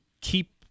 keep